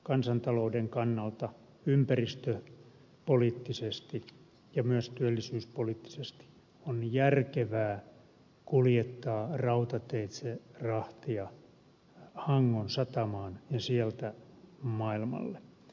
kansantalouden kannalta ympäristöpoliittisesti ja myös työllisyyspoliittisesti on järkevää kuljettaa rautateitse rahtia hangon satamaan ja sieltä maailmalle